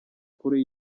kuri